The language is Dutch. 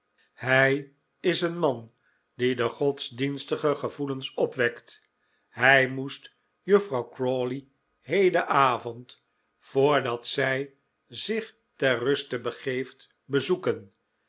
hi is een man die de godsdienstige gevoelens opwekt hij moest juffrouw crawley heden avond voordat zij zich ter ruste begeeft bezoeken